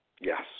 Yes